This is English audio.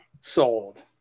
sold